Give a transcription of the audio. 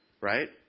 right